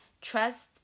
trust